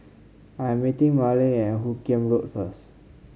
I'm meeting Marlin at Hoot Kiam Road first